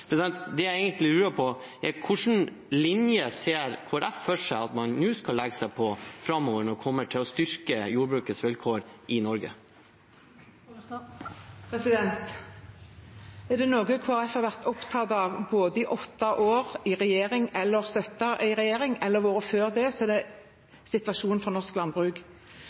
Det jeg egentlig lurer på, er: Hvilken linje ser Kristelig Folkeparti for seg at man nå skal legge seg på framover når det gjelder å styrke jordbrukets vilkår i Norge? Er det noe Kristelig Folkeparti har vært opptatt av i åtte år – både i regjering og ved å støtte en regjering, og før det – er det situasjonen for norsk landbruk.